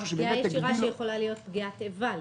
פגיעה ישירה שיכולה להיות פגיעת איבה למעשה.